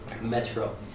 Metro